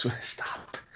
Stop